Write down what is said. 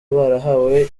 barahawe